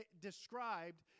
described